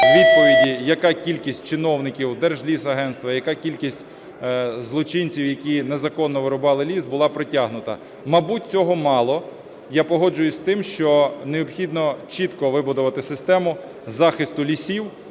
відповіді, яка кількість чиновників Держлісагентства, яка кількість злочинців, які незаконно вирубали ліс була притягнута. Мабуть, цього мало. Я погоджуюся з тим, що необхідно чітко вибудувати систему захисту лісів